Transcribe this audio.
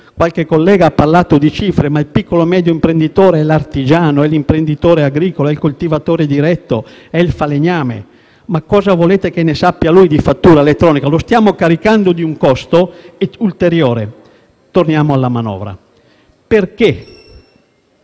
qualche collega ha parlato di cifre, i piccoli e medi imprenditori sono artigiani, imprenditori agricoli, coltivatori diretti o falegnami; ebbene, cosa volete che ne sappiano di fattura elettronica? Li stiamo caricando di un costo ulteriore. Tornando alla manovra: perché